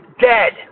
dead